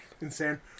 Insane